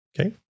Okay